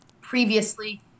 previously